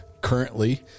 Currently